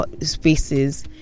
spaces